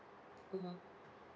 mmhmm